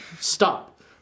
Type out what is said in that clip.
stop